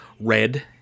red